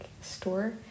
store